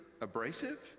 abrasive